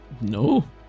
No